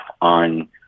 on